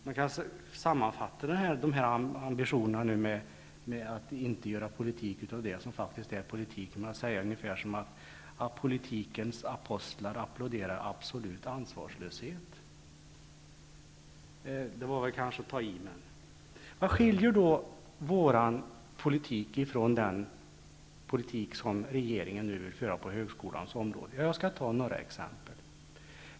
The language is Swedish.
Man kan sammanfatta dessa regeringens ambitioner att inte göra politik av det som faktiskt är politik med orden: Politikens apostlar applåderar absolut ansvarslöshet. Nej, det kanske var att ta i. Vad skiljer då vår politik från den politik som regeringen nu vill föra på högskolans område? Jag skall ge några exempel.